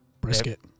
Brisket